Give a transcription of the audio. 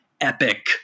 epic